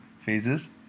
phases